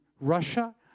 Russia